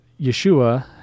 Yeshua